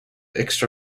extra